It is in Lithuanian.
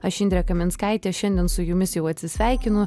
aš indrė kaminskaitė šiandien su jumis jau atsisveikinu